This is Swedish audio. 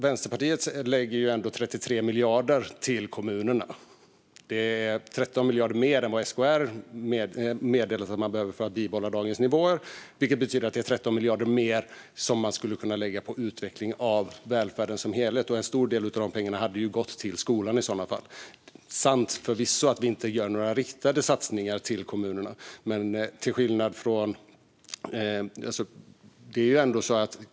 Vänsterpartiet lägger 33 miljarder till kommunerna, vilket är 13 miljarder mer än vad SKR har meddelat att man behöver för att bibehålla dagens nivåer. Det betyder att 13 miljarder mer hade kunnat läggas på utveckling av välfärden som helhet, och en stor del av dessa pengar hade gått till skolan. Det är förvisso sant att vi inte gör några riktade satsningar till kommunerna.